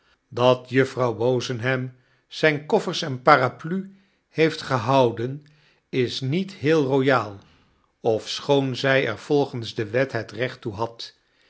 dat juffrouw wozenham zyne koffers en paraplu heeft gehouden is niet heel royaal ofschoon zij er volgens de wet het recht toe had